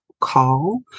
call